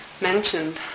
mentioned